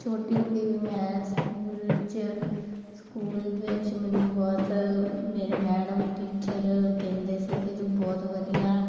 ਛੋਟੀ ਹੁੰਦੀ ਵੀ ਮੈਂ ਸਕੂਲ 'ਚ ਸਕੂਲ ਵਿੱਚ ਮੈਨੂੰ ਬਹੁਤ ਮੇਰੇ ਮੈਡਮ ਟੀਚਰ ਕਹਿੰਦੇ ਸੀ ਕਿ ਤੂੰ ਬਹੁਤ ਵਧੀਆ